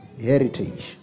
heritage